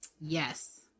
Yes